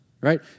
right